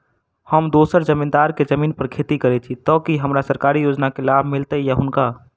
हम दोसर जमींदार केँ जमीन पर खेती करै छी तऽ की हमरा सरकारी योजना केँ लाभ मीलतय या हुनका?